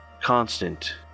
constant